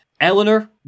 eleanor